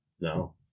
No